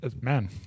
Man